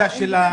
מצד שני,